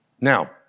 Now